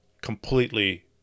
completely